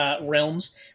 realms